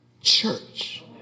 church